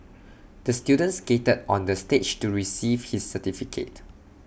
the student skated on the stage to receive his certificate